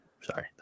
Sorry